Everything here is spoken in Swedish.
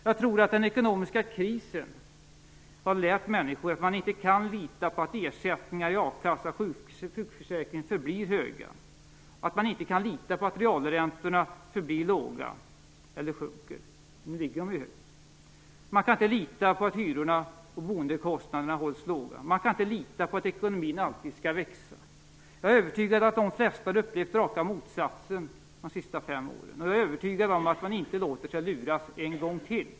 Jag tror att den ekonomiska krisen har lärt människor att man inte kan lita på att ersättningar i a-kassa och sjukförsäkring förblir höga, att man inte kan lita på att realräntorna förblir låga eller sjunker - nu ligger de högt -, att man inte kan lita på att hyrorna och boendekostnaderna hålls låga, att man inte kan lita på att ekonomin alltid skall växa. Jag är övertygad om att de flesta har upplevt raka motsatsen under de sista fem åren, och jag är övertygad om att man inte låter sig luras en gång till.